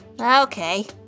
Okay